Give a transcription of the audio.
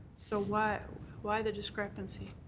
so why why the discrepancy?